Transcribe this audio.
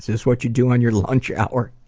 this what you do on your lunch hour?